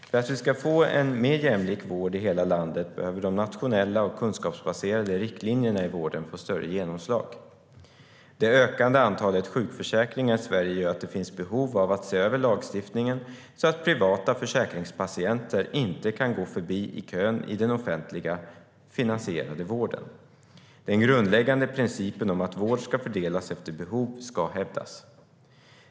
För att vi ska få en mer jämlik vård i hela landet behöver de nationella och kunskapsbaserade riktlinjerna i vården få större genomslag. Det ökande antalet sjukförsäkringar i Sverige gör att det finns behov av att se över lagstiftningen så att privata försäkringspatienter inte kan gå förbi i kön i den offentligt finansierade vården. Den grundläggande principen om att vård ska fördelas efter behov ska hävdas.